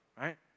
right